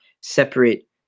separate